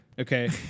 Okay